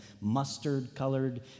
mustard-colored